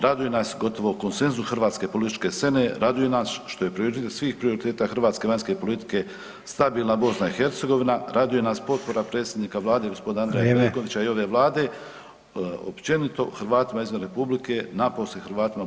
Raduje nas gotovo konsenzus hrvatske političke scene, raduje nas što je prioritet svih prioriteta hrvatske vanjske politike stabilna BiH, raduje nas potpora predsjednika Vlade gospodina Andreja Plenkovića i ove Vlade općenito Hrvatima izvan Republike napose Hrvatima BiH.